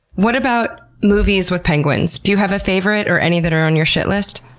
what about movies with penguins? do you have a favorite or any that are on your shit list?